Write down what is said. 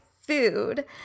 Food